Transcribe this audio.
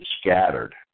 scattered